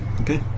Okay